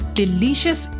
delicious